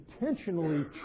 intentionally